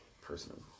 Person